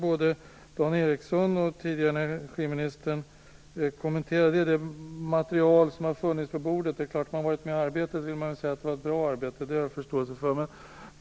Både Dan Ericsson och energiministern har kommenterat det material som funnits på bordet. Det är klart att om man har deltagit i arbetet, så vill man säga att det är ett bra arbete. Det har jag förståelse för.